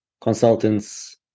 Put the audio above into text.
consultants